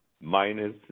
minus